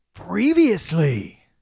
Previously